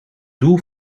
doel